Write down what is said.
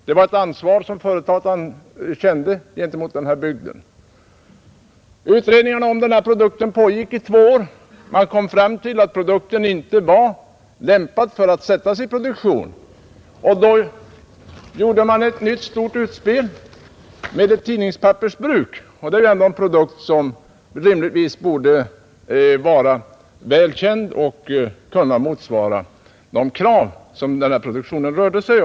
Det var ett ansvar som företaget kände gentemot bygden. Utredningarna om denna produkt pågick i två år. Man kom fram till att den inte var lämpad för att sättas i produktion. Då gjorde man ett nytt stort utspel med ett bruk för tidningspapper — en produkt som rimligtvis borde vara väl känd och kunna motsvara de krav som fanns när det gällde denna produktion.